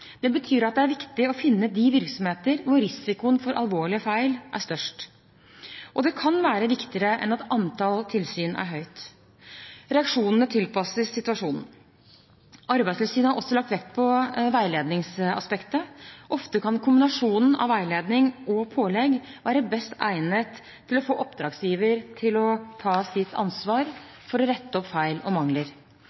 Det betyr at det er viktig å finne de virksomheter hvor risikoen for alvorlige feil er størst, og det kan være viktigere enn at antall tilsyn er høyt. Reaksjonene tilpasses situasjonen. Arbeidstilsynet har også lagt vekt på veiledningsaspektet. Ofte kan kombinasjonen av veiledning og pålegg være best egnet til å få oppdragsgiver til å ta sitt ansvar